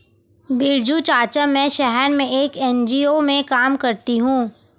बिरजू चाचा, मैं शहर में एक एन.जी.ओ में काम करती हूं